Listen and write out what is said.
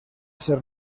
ser